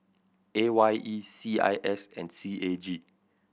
A Y E C I S and C A G